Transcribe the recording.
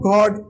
God